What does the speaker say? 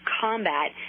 combat